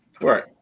Right